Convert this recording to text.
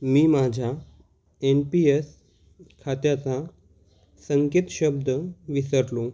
मी माझ्या N P S खात्याचा संकेतशब्द विसरलो